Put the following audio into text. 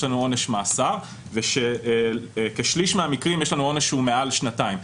יש לנו עונש מאסר ובכשליש מהמקרים יש לנו עונש שהוא מעל שנתיים.